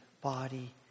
body